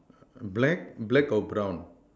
black black or brown